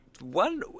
One